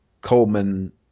Coleman